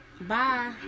Bye